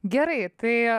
gerai tai